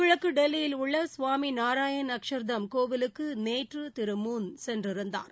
கிழக்கு டெல்லியில் உள்ள கவாமிநாராயண் அக்ஷர்தம் கோவிலுக்கு நேற்று திரு மூன் சென்றிருந்தார்